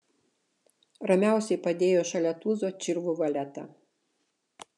ramiausiai padėjo šalia tūzo čirvų valetą